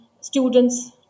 students